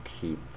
keep